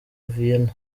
vienna